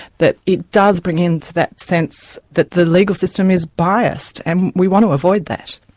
that it does bring into that sense, that the legal system is biased, and we want to avoid that.